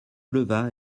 leva